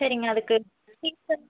சரிங்க அதுக்கு ஃபீஸு